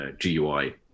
GUI